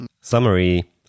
summary